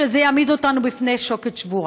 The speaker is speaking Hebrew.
שזה יעמיד אותנו בפני שוקת שבורה.